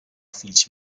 fills